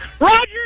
Roger